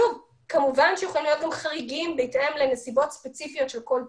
כמובן שיכולים להיות גם חריגים בהתאם לנסיבות ספציפיות של כל תיק.